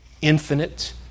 infinite